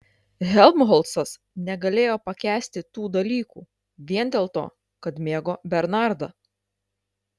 helmholcas negalėjo pakęsti tų dalykų vien dėl to kad mėgo bernardą